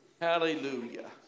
Hallelujah